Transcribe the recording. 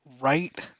right